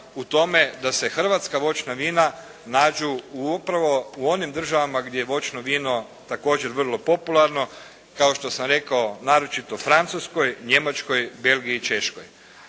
u tome da se hrvatska voćna vina nađu upravo u onim državama gdje je voćno vino također vrlo popularno, kao što sam rekao naročito Francuskoj, Njemačkoj, Belgiji i Češkoj.